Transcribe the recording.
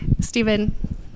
Stephen